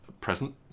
present